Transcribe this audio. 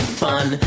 fun